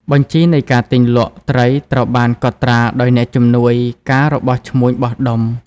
បញ្ជីនៃការទិញលក់ត្រីត្រូវបានកត់ត្រាដោយអ្នកជំនួយការរបស់ឈ្មួញបោះដុំ។